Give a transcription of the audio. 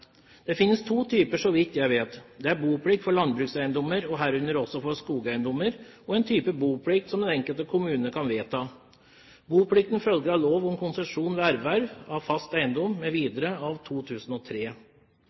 Det finnes to typer, så vidt jeg vet. Det er boplikt for landbrukseiendommer, herunder også for skogeiendommer, og en type boplikt som den enkelte kommune kan vedta. Boplikten følger av lov om konsesjon ved erverv av fast eiendom